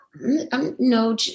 No